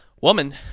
woman